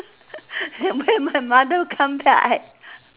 and when my mother come back I